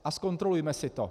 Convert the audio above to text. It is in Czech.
A zkontrolujme si to.